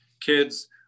Kids